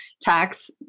tax